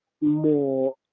more